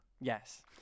yes